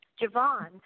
Javon